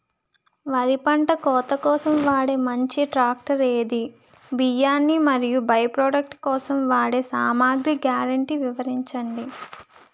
వరి పంట కోత కోసం వాడే మంచి ట్రాక్టర్ ఏది? బియ్యాన్ని మరియు బై ప్రొడక్ట్ కోసం వాడే సామాగ్రి గ్యారంటీ వివరించండి?